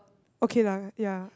okay lah ya